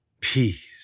peace